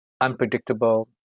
unpredictable